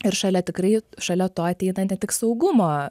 ir šalia tikrai šalia to ateina ne tik saugumo